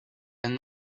and